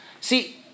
See